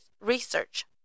research